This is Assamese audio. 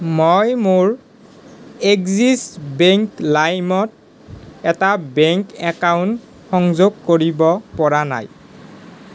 মই মোৰ এক্সিছ বেংক লাইমত এটা বেংক একাউণ্ট সংযোগ কৰিব পৰা নাই